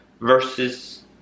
versus